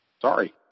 Sorry